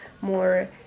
more